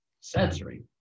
sensory